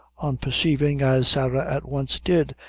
on perceiving, as sarah at once did,